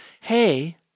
Hey